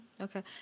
Okay